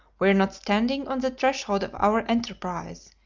we are not standing on the threshold of our enterprise,